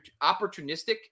opportunistic